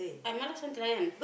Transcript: I